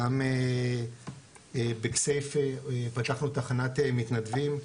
גם בכסייפה פתחנו תחנת מתנדבים,